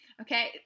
Okay